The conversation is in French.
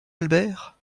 albert